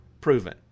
proven